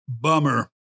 Bummer